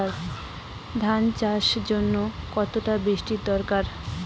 ধান চাষের জন্য কতটা বৃষ্টির দরকার?